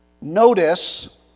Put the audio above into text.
notice